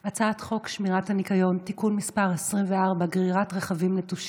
אני קובעת כי הצעת החוק עברה ועוברת לוועדה לביטחון הפנים.